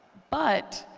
but,